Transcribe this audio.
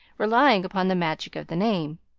relying upon the magic of the name.